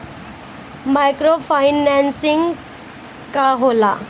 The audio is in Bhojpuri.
माइक्रो फाईनेसिंग का होला?